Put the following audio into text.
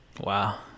Wow